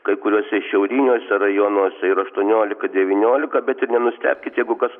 kai kuriuose šiauriniuose rajonuose ir aštuoniolika devyniolika bet nenustebkit jeigu kas